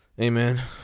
Amen